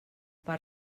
per